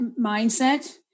mindset